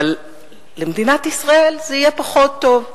אבל למדינת ישראל זה יהיה פחות טוב,